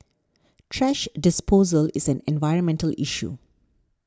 thrash disposal is an environmental issue